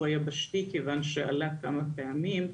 היבשתי כיוון שהוא עלה כמה פעמים.